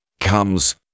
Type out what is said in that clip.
comes